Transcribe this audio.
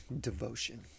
devotion